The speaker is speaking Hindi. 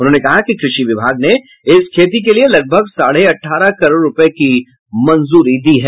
उन्होंने कहा कि कृषि विभाग ने इस खेती के लिये लगभग साढ़े अठारह करोड़ रूपये की मंजूरी दी है